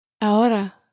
Ahora